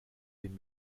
den